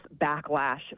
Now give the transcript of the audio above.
backlash